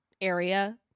area